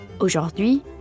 Aujourd'hui